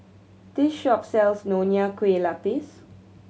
this shop sells Nonya Kueh Lapis